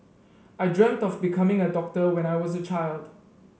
I dreamt of becoming a doctor when I was a child